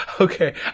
Okay